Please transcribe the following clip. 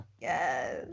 Yes